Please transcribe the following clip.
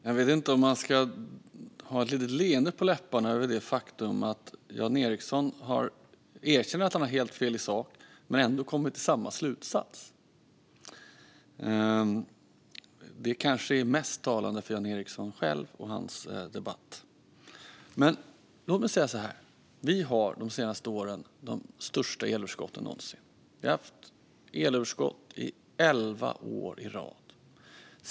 Fru talman! Man måste kanske ha ett litet leende på läpparna över det faktum att Jan Ericson erkänner att han har helt fel i sak men kommer ändå till samma slutsats. Det är kanske mest talande för Jan Ericson själv och hans sätt att debattera. Låt mig säga så här: Vi har under de senaste åren haft de största elöverskotten någonsin. Vi har haft elöverskott elva år i rad.